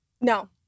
No